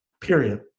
Period